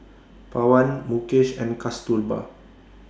Pawan Mukesh and Kasturba